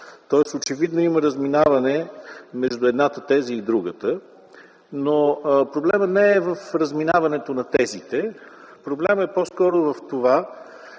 тоест очевидно има разминаване между едната теза и другата. Проблемът не е в разминаването на тезите. Проблемът е по скоро в това,